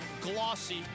glossy